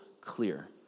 clear